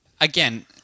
again